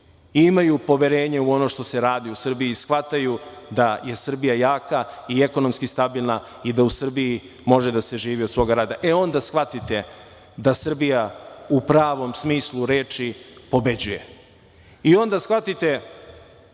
imaju poverenje u ono što se radi u Srbiji i shvataju da je Srbija jaka i ekonomski stabilna i da u Srbiji može da se živi od svog rada i onda shvate da Srbija u pravom smislu reči pobeđuje. Onda shvatite